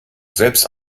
selbst